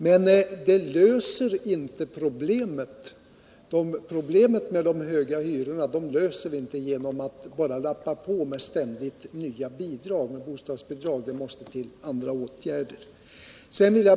Men problemet med de höga hyrorna löser vi inte genom att lappa på med ständigt nya bidrag. Andra åtgärder måste till.